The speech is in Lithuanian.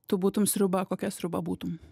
tu būtum sriuba kokia sriuba būtum